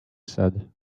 said